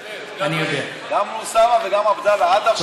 אני מצטרף לכל מילה שאמרת ואתה